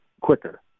quicker